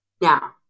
Now